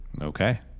Okay